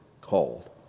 called